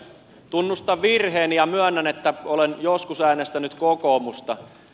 tunnustan virheeni ja myönnän että olen joskus äänestänyt kokoomusta